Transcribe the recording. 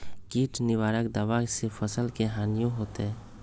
किट निवारक दावा से फसल के हानियों होतै?